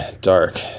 dark